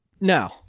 no